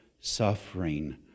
suffering